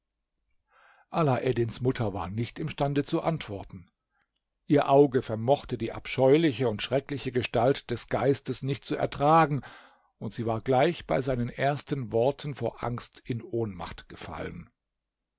alaeddins mutter war nicht imstande zu antworten ihr auge vermochte die abscheuliche und schreckliche gestalt des geistes nicht zu ertragen und sie war gleich bei seinen ersten worten vor angst in ohnmacht gefallen